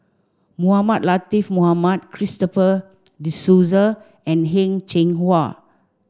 Mohamed Latiff Mohamed Christopher De Souza and Heng Cheng Hwa